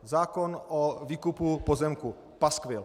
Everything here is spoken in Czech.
Zákon o výkupu pozemků paskvil.